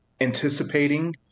anticipating